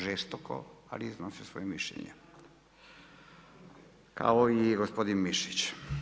Žestoko, ali iznosi svoje mišljenje, kao i gospodin Mišić.